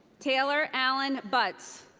taylor allen butts.